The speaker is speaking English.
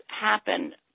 happen